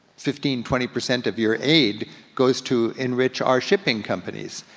fifteen, twenty percent of your aid goes to enrich our shipping companies.